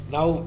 Now